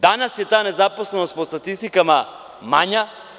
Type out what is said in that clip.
Danas je ta nezaposlenost po statistikama manja.